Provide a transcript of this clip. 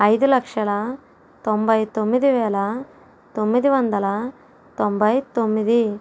ఐదు లక్షల తొంభై తొమ్మిది వేల తొమ్మిది వందల తొంభై తొమ్మిది